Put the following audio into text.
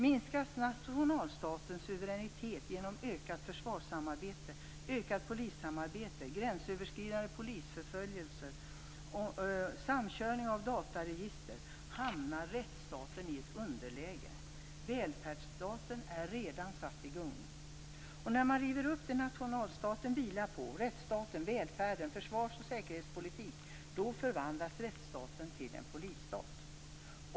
Minskas nationalstatens suveränitet genom ökat försvarssamarbete, ökat polissamarbete, gränsöverskridande polisförföljelser och samkörningen av dataregister hamnar rättsstaten i ett underläge. Välfärdsstaten är redan satt i gungning. När man river upp det som nationalstaten vilar på - rättsstaten, välfärden och försvars och säkerhetspolitiken - förvandlas rättsstaten till en polisstat.